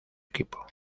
equipo